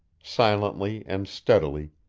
silently and steadily,